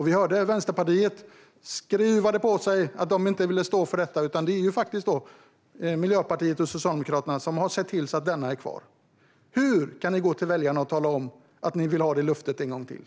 Vi hörde Vänsterpartiet skruva på sig; de vill inte stå för detta. Det är Miljöpartiet och Socialdemokraterna som har sett till att pensionärsskatten är kvar. Hur kan ni gå till väljarna och tala om att ni ger det löftet en gång till?